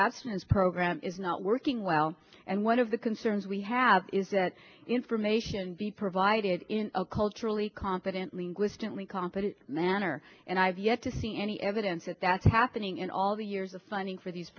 abstinence program is not working well and one of the concerns we have is that information be provide it in a culturally competent linguistically competent manner and i've yet to see any evidence that that's happening in all the years of funding for these